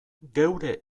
geure